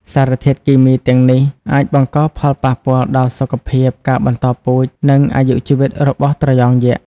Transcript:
សារធាតុគីមីទាំងនេះអាចបង្កផលប៉ះពាល់ដល់សុខភាព ការបន្តពូជ និងអាយុជីវិតរបស់ត្រយងយក្ស។